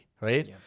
right